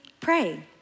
pray